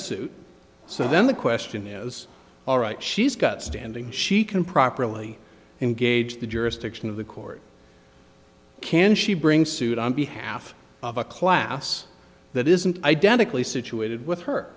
a suit so then the question is all right she's got standing she can properly engage the jurisdiction of the court can she bring suit on behalf of a class that isn't identically situated with her